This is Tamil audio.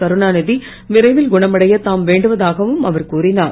கருணாநிதி விரைவில் குணமடைய தாம் வேண்டுவதாகவும் அவர் கூறிஞர்